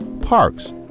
Parks